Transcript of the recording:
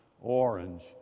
orange